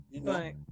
right